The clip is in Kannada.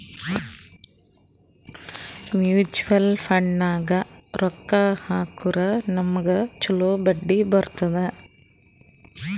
ಮ್ಯುಚುವಲ್ ಫಂಡ್ನಾಗ್ ರೊಕ್ಕಾ ಹಾಕುರ್ ನಮ್ಗ್ ಛಲೋ ಬಡ್ಡಿ ಬರ್ತುದ್